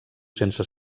sense